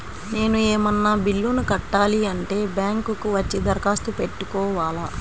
నేను ఏమన్నా బిల్లును కట్టాలి అంటే బ్యాంకు కు వచ్చి దరఖాస్తు పెట్టుకోవాలా?